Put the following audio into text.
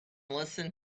listen